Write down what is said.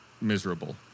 Miserable